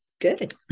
Good